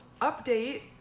update